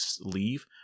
leave